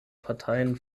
parteien